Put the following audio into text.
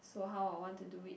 so how I want to do it